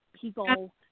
people